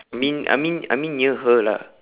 mean I mean I mean near her lah